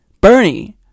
Bernie